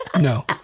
No